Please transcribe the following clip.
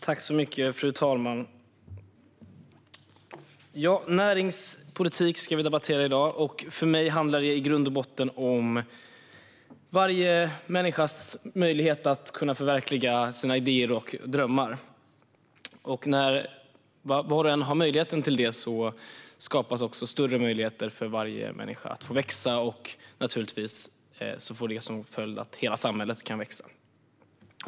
Fru talman! Vi debatterar näringspolitik i dag, och för mig handlar den i grund och botten om varje människas möjlighet att förverkliga sina idéer och drömmar. När var och en har den möjligheten skapas också större möjligheter för varje människa att växa, och det får naturligtvis som följd att hela samhället kan växa.